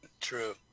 True